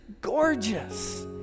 gorgeous